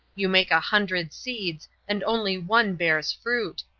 you make a hundred seeds and only one bears fruit.